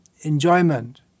enjoyment